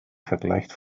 vergleicht